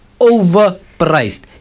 overpriced